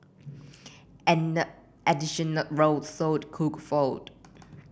an additional row sold cooked food